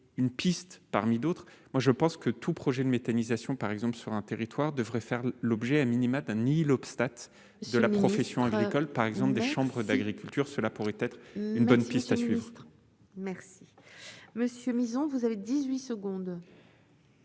une piste parmi d'autres, moi je pense que tout projet de méthanisation par exemple sur un territoire devrait faire l'objet, a minima, ni l'obstacle de la profession agricole par exemple des chambres d'agriculture, cela pourrait être une bonne piste à suivre. Merci. Monsieur Millon, vous avez 18 secondes.